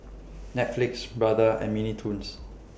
Netflix Brother and Mini Toons